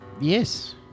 Yes